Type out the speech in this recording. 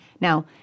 Now